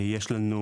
יש לנו